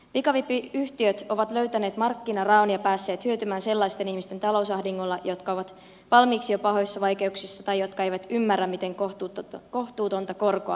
pikavippiyhtiöt ovat löytäneet markkinaraon ja päässeet hyötymään sellaisten ihmisten talousahdingolla jotka ovat valmiiksi jo pahoissa vaikeuksissa tai jotka eivät ymmärrä miten kohtuutonta korkoa heiltä peritään